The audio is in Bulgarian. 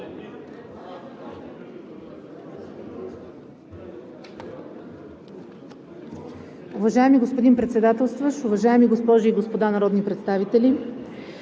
Уважаема госпожо Председател, уважаеми дами и господа народни представители,